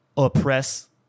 oppress